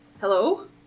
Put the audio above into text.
Hello